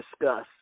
discuss